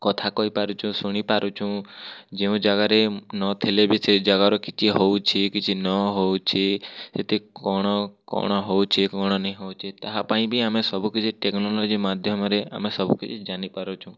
କଥା କହିପାରୁଛୁଁ ଶୁଣିପାରୁଛୁଁ ଯେଉଁ ଜାଗାରେ ନଥିଲେ ବି ସେ ଜାଗାରୁ କିଛି ହେଉଛି କିଛି ନ ହେଉଛି କେତେ କ'ଣ କ'ଣ ହେଉଛି କ'ଣ ନେଇ ହେଉଛି ତାହା ପାଇଁ ବି ଆମେ ସବୁ କିଛି ଟେକ୍ନୋଲୋଜି ମାଧ୍ୟମରେ ଆମେ ସବୁ କିଛି ଜାନିପାରୁଛୁ